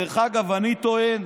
דרך אגב, אני טוען: